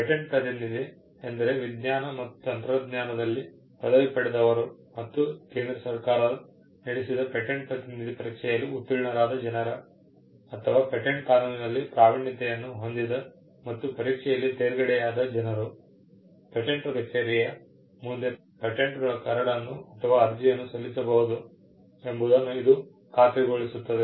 patent ಪ್ರತಿನಿಧಿ ಎಂದರೆ ವಿಜ್ಞಾನ ಮತ್ತು ತಂತ್ರಜ್ಞಾನದಲ್ಲಿ ಪದವಿ ಪಡೆದವರು ಮತ್ತು ಕೇಂದ್ರ ಸರ್ಕಾರ ನಡೆಸಿದ ಪೇಟೆಂಟ್ ಪ್ರತಿನಿಧಿ ಪರೀಕ್ಷೆಯಲ್ಲಿ ಉತ್ತೀರ್ಣರಾದ ಜನರು ಅಥವಾ ಪೇಟೆಂಟ್ ಕಾನೂನಿನಲ್ಲಿ ಪ್ರಾವೀಣ್ಯತೆಯನು ಹೊಂದಿದ ಮತ್ತು ಪರೀಕ್ಷೆಯಲಿ ತೇರ್ಗಡೆಯಾದ ಜನರು ಪೇಟೆಂಟ್ ಕಚೇರಿಯ ಮುಂದೆ ಪೇಟೆಂಟ್ಗಳ ಕರಡನ್ನು ಅಥವಾ ಅರ್ಜಿಯನ್ನು ಸಲ್ಲಿಸಬಹುದು ಎಂಬುದನ್ನು ಇದು ಖಾತ್ರಿಗೊಳಿಸುತ್ತದೆ